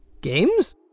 games